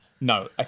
No